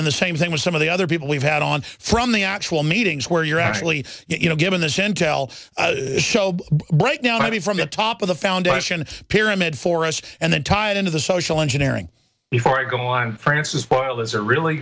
then the same thing with some of the other people we've had on from the actual meetings where you're actually you know given the shantelle right now i mean from the top of the foundation pyramid for us and then tied into the social engineering before i go on francis boyle is a really